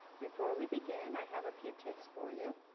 before we begin i have a few tips for you,